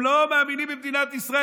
הם לא מאמינים במדינת ישראל.